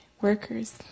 workers